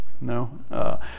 no